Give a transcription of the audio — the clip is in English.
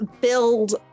build